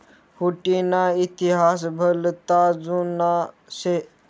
हुडी ना इतिहास भलता जुना शे